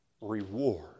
reward